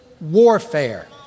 Warfare